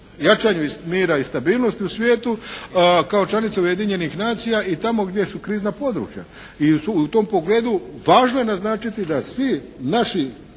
jačanju mira i stabilnosti u svijetu kao članica Ujedinjenih nacija i tamo gdje su krizna područja. I u tom pogledu važno je naznačiti da svi naši